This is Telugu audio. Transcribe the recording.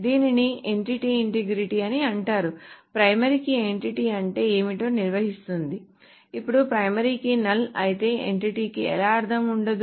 దీనిని ఎంటిటీ ఇంటిగ్రిటీ అని అంటారు ప్రైమరీ కీ ఎంటిటీ అంటే ఏమిటో నిర్వచిస్తుంది ఇప్పుడు ప్రైమరీ కీ నల్ అయితే ఎంటిటీకి ఎలాంటి అర్ధం ఉండదు